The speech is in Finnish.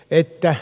päivä